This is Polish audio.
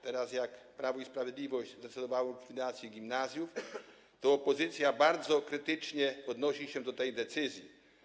Teraz, gdy Prawo i Sprawiedliwość zdecydowało o likwidacji gimnazjów, to opozycja bardzo krytycznie odnosi się do tej decyzji.